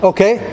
Okay